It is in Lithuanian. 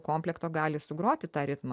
komplektu gali sugroti tą ritmą